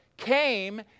Came